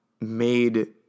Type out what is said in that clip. made